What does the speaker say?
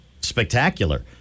spectacular